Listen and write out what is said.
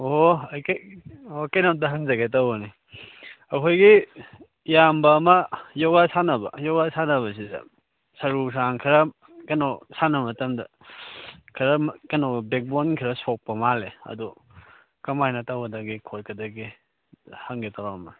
ꯑꯣ ꯑꯩ ꯀꯩꯅꯣꯝꯇ ꯍꯧꯖꯒꯦ ꯇꯧꯕꯅꯤ ꯑꯩꯈꯣꯏꯒꯤ ꯏꯌꯥꯝꯕ ꯑꯃ ꯌꯣꯒꯥ ꯁꯥꯟꯅꯕ ꯌꯣꯒꯥ ꯁꯥꯟꯅꯕꯁꯤꯗ ꯁꯔꯨ ꯁꯔꯥꯡ ꯈꯔ ꯀꯩꯅꯣ ꯁꯥꯟꯅꯕ ꯃꯇꯝꯗ ꯈꯔ ꯀꯩꯅꯣ ꯕꯦꯛ ꯕꯣꯟ ꯈꯔ ꯁꯣꯛꯄ ꯃꯥꯜꯂꯦ ꯑꯗꯨ ꯀꯃꯥꯏꯅ ꯇꯧꯒꯗꯒꯦ ꯈꯣꯠꯀꯗꯒꯦ ꯍꯪꯒꯦ ꯇꯧꯔꯝꯕ